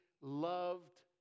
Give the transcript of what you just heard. loved